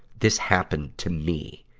this happened to me.